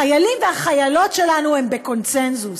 החיילים והחיילות שלנו הם בקונסנזוס.